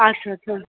अच्छा अच्छा